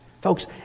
Folks